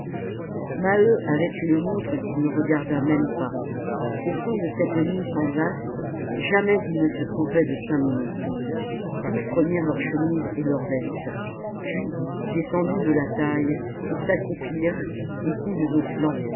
maheu avait une montre qu'il ne regarda même pas au fond de cette nuit sans astres jamais il ne se trompait de cinq minutes tous remirent leur chemise et leur veste puis descendus de la taille ils s'accroupirent les coudes aux flancs